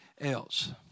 else